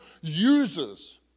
uses